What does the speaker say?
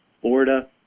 Florida